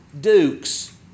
dukes